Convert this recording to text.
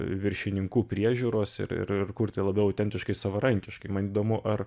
viršininkų priežiūros ir ir kurti labiau autentiškai savarankiškai man įdomu ar